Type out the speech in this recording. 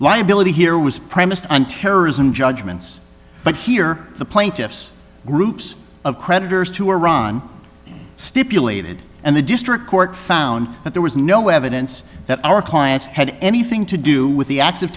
liability here was premised on terrorism judgments but here the plaintiffs groups of creditors to iran stipulated and the district court found that there was no evidence that our clients had anything to do with the acts of